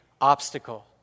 obstacle